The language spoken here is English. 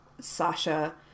Sasha